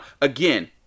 again